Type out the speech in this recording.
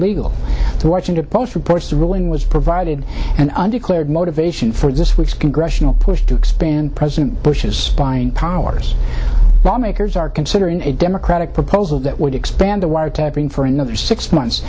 legal the washington post reports the ruling was provided an undeclared motivation for this week's congressional push to expand president bush's spying powers lawmakers are considering a democratic proposal that would expand the wiretapping for another six months